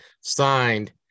signed